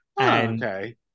Okay